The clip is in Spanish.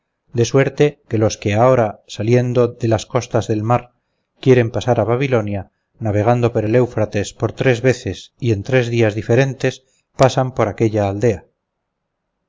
de suerte que los que ahora saliendo do las costas del mar quieren pasar a babilonia navegando por el eufrates por tres veces y en tres días diferentes pasan por aquella aldea